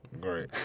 Great